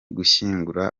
gushyingura